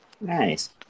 nice